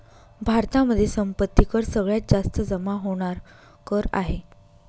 भारतामध्ये संपत्ती कर सगळ्यात जास्त जमा होणार कर आहे